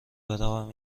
بروم